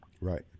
Right